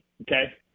Okay